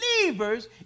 believers